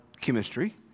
chemistry